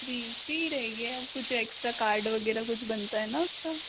free free रहेगी अब कुछ एक्स्ट्रा कार्ड वग़ैरह कुछ बनता है ना उसका